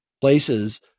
places